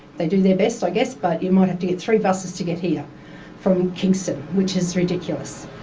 they do their best i guess, but you might have to get three buses to get here from kingston, which is ridiculous.